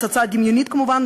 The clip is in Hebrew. הפצצה הדמיונית כמובן,